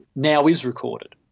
now is recorded.